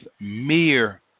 mere